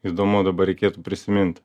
įdomu dabar reikėtų prisiminti